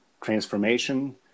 transformation